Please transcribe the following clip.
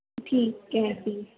ਠੀਕ ਹੈ ਜੀ